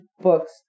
books